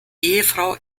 ehefrau